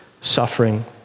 suffering